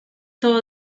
todo